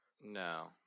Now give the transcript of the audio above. No